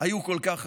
היו כל כך חשובים.